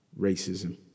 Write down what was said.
racism